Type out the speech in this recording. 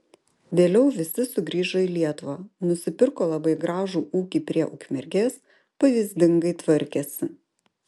vėliau visi sugrįžo į lietuvą nusipirko labai gražų ūkį prie ukmergės pavyzdingai tvarkėsi